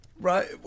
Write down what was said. Right